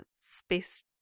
space